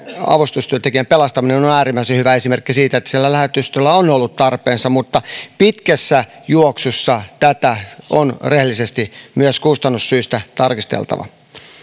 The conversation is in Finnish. avustustyöntekijän pelastaminen on äärimmäisen hyvä esimerkki siitä että siellä lähetystöllä on ollut tarpeensa mutta pitkässä juoksussa tätä on rehellisesti myös kustannussyistä tarkasteltava